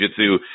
jujitsu